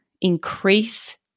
increase